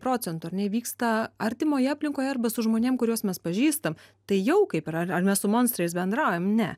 procentų ar ne įvyksta artimoje aplinkoje arba su žmonėm kuriuos mes pažįstam tai jau kaip yra ar ar mes su monstrais bendraujam ne